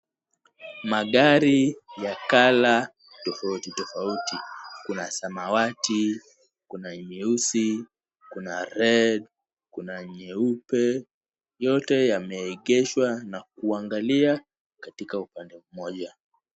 Magari ya color tofauti tofauti. Kuna samawati, kuna nyeusi, kuna red kuna nyeupe yote yameegeshwa na kuangalia katika upande mmoja.